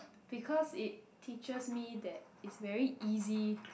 because it teaches me that it's very easy